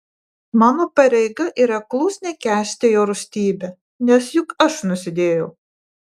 mano pareiga yra klusniai kęsti jo rūstybę nes juk aš nusidėjau